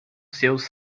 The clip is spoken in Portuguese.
seus